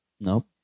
Nope